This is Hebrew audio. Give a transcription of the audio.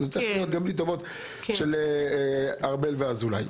זה צריך להיות גם בלי טובות של ארבל ואזולאי.